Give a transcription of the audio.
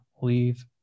leave